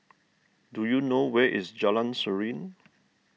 do you know where is Jalan Serene